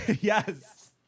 yes